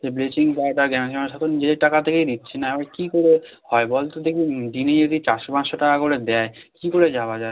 এ bleaching powder সব তো নিজেদের টাকা থেকেই দিচ্ছি না এখন কী করে হয় বল তো দেখি দিনে যদি চারশো পাঁচশো টাকা করে দেয় কী করে যাওয়া যায়